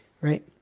Right